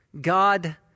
God